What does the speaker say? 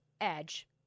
edge